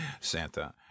Santa